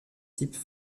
type